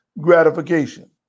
gratification